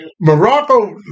Morocco